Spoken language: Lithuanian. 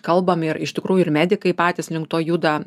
kalbam ir iš tikrųjų ir medikai patys link to juda